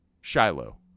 Shiloh